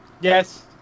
Yes